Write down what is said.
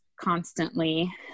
constantly